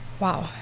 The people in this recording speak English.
Wow